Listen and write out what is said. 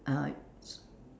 uh